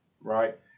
right